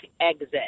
exit